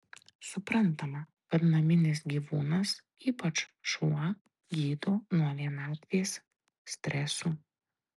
suprantama kad naminis gyvūnas ypač šuo gydo nuo vienatvės stresų